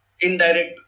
indirect